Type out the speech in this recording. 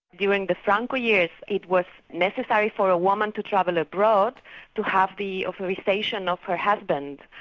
during the franco years it was necessary for a woman to travel ah broad to have the authorisation of her husband,